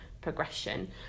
progression